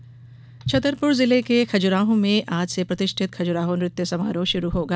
खजुराहों समारोह छतरपुर जिले के खजुराहो में आज से प्रतिष्ठित खजुराहो नृत्य समारोह शुरू होगा